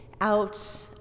out